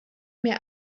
mehr